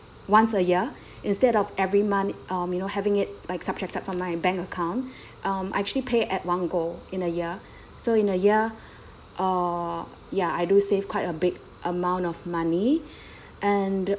once a year instead of every month um you know having it like subjected from my bank account um I actually pay at one go in a year so in a year uh ya I do save quite a big amount of money and